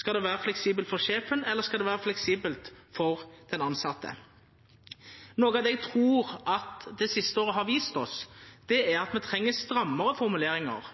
Skal det vera fleksibelt for sjefen, eller skal det vera fleksibelt for den tilsette? Noko av det eg trur det siste året har vist oss, er at me treng strammare formuleringar